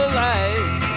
light